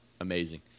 Amazing